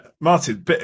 Martin